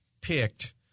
picked